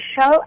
show